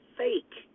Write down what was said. fake